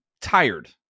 tired